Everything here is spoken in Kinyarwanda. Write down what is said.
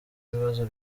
ibibazo